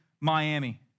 Miami